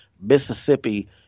Mississippi